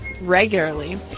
regularly